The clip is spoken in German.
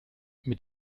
mit